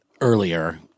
earlier